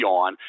on